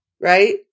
right